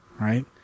Right